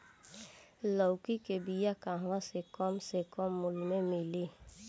लौकी के बिया कहवा से कम से कम मूल्य मे मिली?